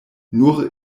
nur